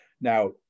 Now